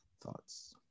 Thoughts